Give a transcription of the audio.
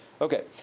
Okay